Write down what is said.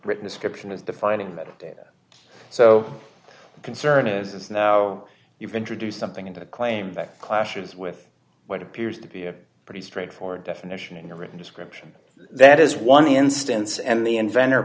written description is defining that so the concern is now you've introduced something into the claim that clashes with what appears to be a pretty straightforward definition in the written description that is one instance and the inventor